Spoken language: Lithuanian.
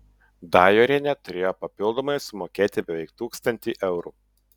dajorienė turėjo papildomai sumokėti beveik tūkstantį eurų